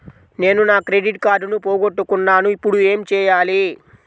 నేను నా క్రెడిట్ కార్డును పోగొట్టుకున్నాను ఇపుడు ఏం చేయాలి?